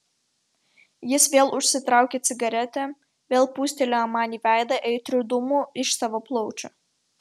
jis vėl užsitraukė cigaretę vėl pūstelėjo man į veidą aitrių dūmų iš savo plaučių